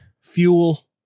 fuel